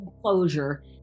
closure